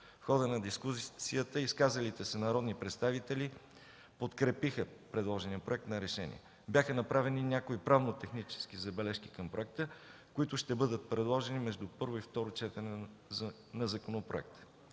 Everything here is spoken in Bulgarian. В хода на дискусията изказалите се народни представители подкрепиха предложения проект. Бяха направени някои правно-технически забележки към проекта, които ще бъдат предложени между първо и второ четене на законопроекта.